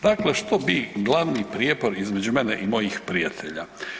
Dakle, što bi glavni prijepor između mene i mojih prijatelja?